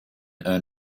earn